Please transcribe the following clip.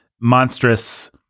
monstrous